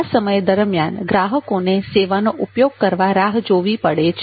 આ સમય દરમ્યાન ગ્રાહકોને સેવાનો ઉપયોગ કરવા રાહ જોવી પડે છે